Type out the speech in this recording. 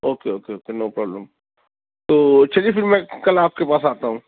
okay okay okay no problem تو چلیے پھر میں کل آپ کے پاس آتا ہوں